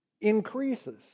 increases